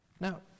Now